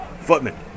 Footman